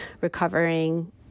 recovering